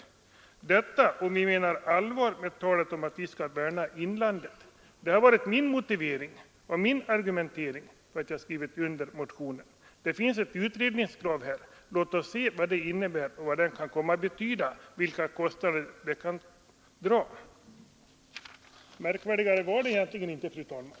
Talet om att värna inlandet — om man menar allvar med det — har varit mitt skäl för att skriva under motionen. Det finns alltså ett utredningskrav. Låt oss se vad vårt förslag skulle innebära och vilka kostnader det skulle medföra. Märkvärdigare än så var det egentligen inte, fru talman.